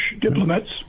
diplomats